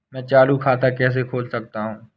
मैं चालू खाता कैसे खोल सकता हूँ?